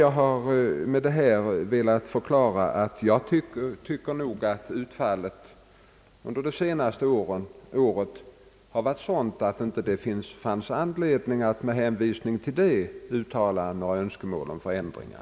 Jag har med detta velat förklara, att utfallet under det senaste året förefaller mig ha varit sådant att det knappast finns anledning att med hänvisning till det uttala några önskemål om förändringar.